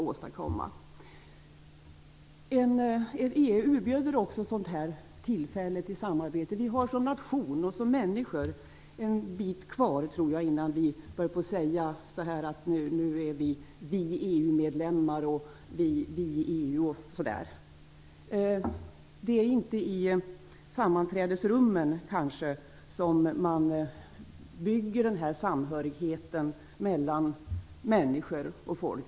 EU erbjuder ett sådant tillfälle till samarbete. Som nation och som människor tror jag att vi har en bit kvar innan vi börjar säga "vi EU-medlemmar", "vi i EU" osv. Det är kanske inte i sammanträdesrummen man bygger samhörigheten mellan människor och folk.